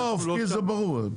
האופקי זה ברור.